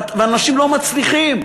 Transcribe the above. ואנשים לא מצליחים.